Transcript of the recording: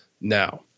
Now